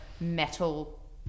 metal